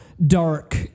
dark